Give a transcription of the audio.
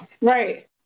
Right